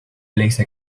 أليس